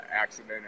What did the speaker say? accident